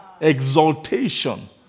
exaltation